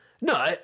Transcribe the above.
No